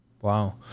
wow